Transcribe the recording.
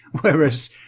whereas